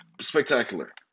spectacular